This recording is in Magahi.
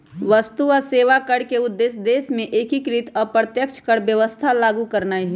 वस्तु आऽ सेवा कर के उद्देश्य देश में एकीकृत अप्रत्यक्ष कर व्यवस्था लागू करनाइ हइ